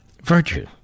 Virtue